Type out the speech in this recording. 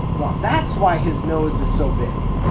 well, that's why his nose is so big.